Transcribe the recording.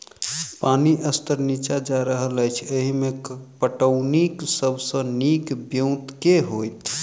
पानि स्तर नीचा जा रहल अछि, एहिमे पटौनीक सब सऽ नीक ब्योंत केँ होइत?